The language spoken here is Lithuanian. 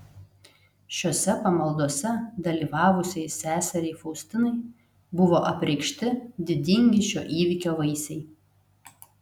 šiose pamaldose dalyvavusiai seseriai faustinai buvo apreikšti didingi šio įvyko vaisiai